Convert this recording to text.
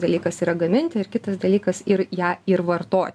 dalykas yra gaminti ir kitas dalykas ir ją ir vartoti